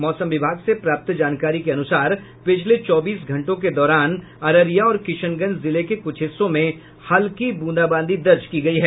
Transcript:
मौसम विभाग से प्राप्त जानकारी के अनुसार पिछले चौबीस घंटों के दौरान अररिया और किशनगंज जिले के कुछ हिस्सों में हल्की ब्रूंदाबांदी दर्ज की गयी है